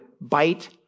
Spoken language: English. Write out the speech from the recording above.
bite